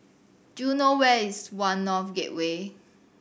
do you know where is One North Gateway